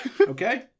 Okay